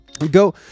Go